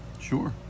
Sure